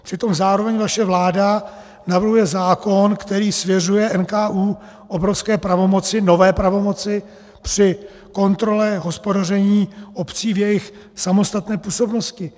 Přitom zároveň vaše vláda navrhuje zákon, který svěřuje NKÚ obrovské pravomoci, nové pravomoci, při kontrole hospodaření obcí v jejich samostatné působnosti.